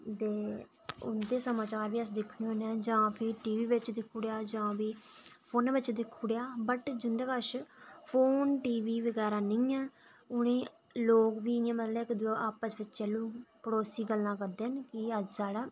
ते उं'दे समाचार बी अस दिक्खने होन्ने आं जां फ्ही टी वी बिच दिक्खी ओड़ेआ जां फ्ही फोनै बिच दिक्खी ओड़ेआ बट जिं'दे कश फोन टी वी बगैरा नेईं ऐ उ'नें गी लोग बी इ'यां मतलब आपस बिच्चैं लोग पड़ोसी गल्लां करदे न कि अज्ज साढ़ा